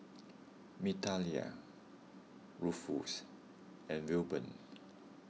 Migdalia Ruffus and Wilburn